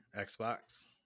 Xbox